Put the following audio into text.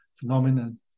phenomenon